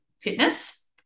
Fitness